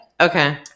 Okay